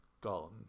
gone